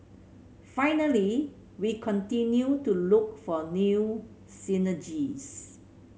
finally we continue to look for new synergies